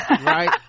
right